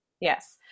Yes